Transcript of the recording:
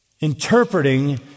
interpreting